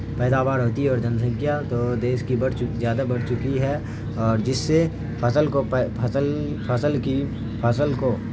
پیداوار ہوتی ہے اور جن سنکھیا تو دیس کی بڑھ زیادہ بڑھ چکی ہے اور جس سے فصل کو فصل فصل کی فصل کو